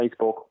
Facebook